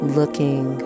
looking